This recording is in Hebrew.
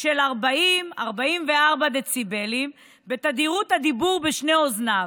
של 40 44 דציבלים בתדירות הדיבור בשתי אוזניו,